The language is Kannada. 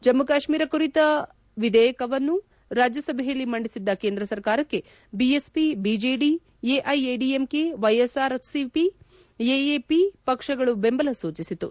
ಜಮ್ನು ಕಾಶ್ನೀರದ ಕುರಿತ ವಿಧೇಯಕವನ್ನು ರಾಜ್ಜಸಭೆಯಲ್ಲಿ ಮಂಡಿಸಿದ್ದ ಕೇಂದ್ರ ಸರಕಾರಕ್ಕೆ BSP BJD AIADMK YSRCP AAP ಪಕ್ಷಗಳು ಬೆಂಬಲ ಸೂಚಿಸಿತು